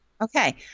Okay